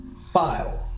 file